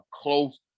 close